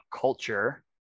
culture